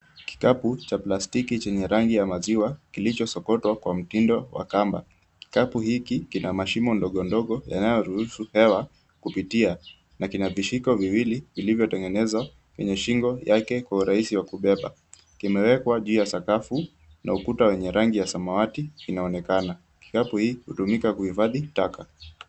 Kikapu cha plastiki chenye rangi ya maziwa kilichosokotwa kwa mtindo wa kamba. Kikapu hiki kina mashimo ndogo ndogo yanayoruhusu hewa kupitia na kina vishiko viwili vilivyotengenezwa kwenye shingo yake kwa urahisi wa kubeba. Kimewekwa juu ya sakafu na ukuta wenye rangi ya samawati inaonekana. Kikapu hii hutumika kuhifadhi taka.